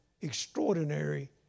extraordinary